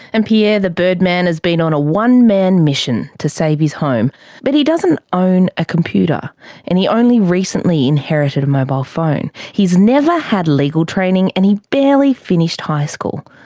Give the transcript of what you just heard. and pierre the birdman has been on a one-man mission to save his home but he doesn't own a computer and he only recently inherited a mobile phone. he's never had legal training, and he barely finished high school.